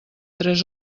tres